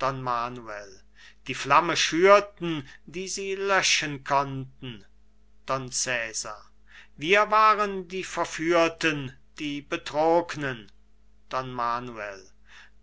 manuel die flamme schürten die sie löschen konnten don cesar wir waren die verführer die betrogenen don manuel